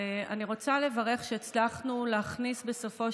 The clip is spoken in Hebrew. ואני רוצה לברך על שהצלחנו להכניס בסופו